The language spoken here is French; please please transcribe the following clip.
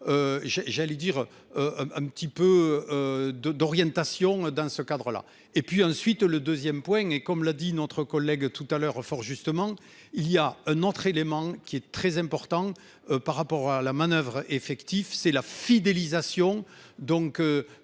j'allais dire. Un petit peu. De d'orientation dans ce cadre-là et puis ensuite le 2ème point. Et comme l'a dit notre collègue tout à l'heure fort justement il y a un entre éléments qui est très important par rapport à la manoeuvre. Effectif. C'est la fidélisation donc